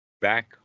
back